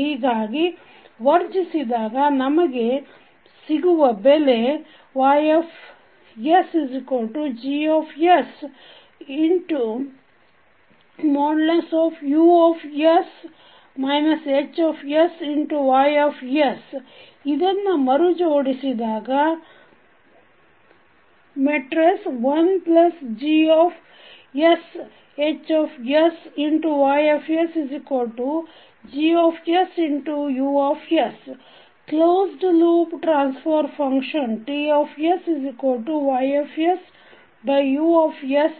ಹೀಗಾಗಿ ವರ್ಜಿಸಿದಾಗ ನಮಗೆ ಸಿಗುವ ಬೆಲೆ YsGsUs HsYs ಇದನ್ನು ಮರು ಜೋಡಿಸಿದಾಗ 1GsHsYsGsU closed loop transfer function TYUis TsG1GsH